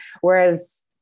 Whereas